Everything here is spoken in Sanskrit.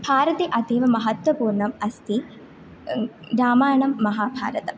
भारते अतीव महत्वपूर्णम् अस्ति रामायणं महाभारतम्